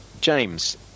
James